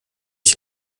ich